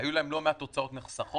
היו לו לא מעט הוצאות נחסכות.